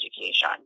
education